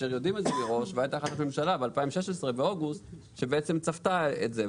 כאשר יודעים את זה מראש והייתה החלטת ממשלה באוגוסט 2016 שצפתה את זה.